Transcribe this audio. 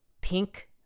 pink